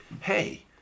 hey